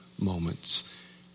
moments